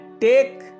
take